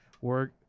work